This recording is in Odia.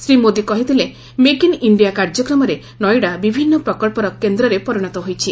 ଶ୍ରୀ ମୋଦି କହିଥିଲେ ମେକ୍ ଇନ୍ ଇଣ୍ଡିଆ କାର୍ଯ୍ୟକ୍ରମରେ ନୋଇଡା ବିଭିନ୍ନ ପ୍ରକଳ୍ପର କେନ୍ଦ୍ରରେ ପରିଣତ ହୋଇଛି